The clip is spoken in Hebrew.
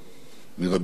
מרבים אחרים